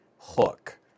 hook